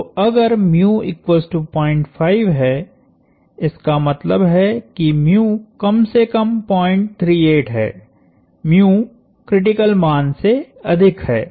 तो अगरहै इसका मतलब है किकम से कम 038 है क्रिटिकल मान से अधिक है